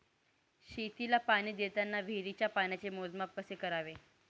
शेतीला पाणी देताना विहिरीच्या पाण्याचे मोजमाप कसे करावे?